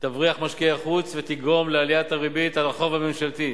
תבריח משקיעי חוץ ותגרום לעליית הריבית על החוב הממשלתי,